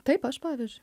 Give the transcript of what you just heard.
taip aš pavyzdžiui